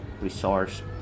resource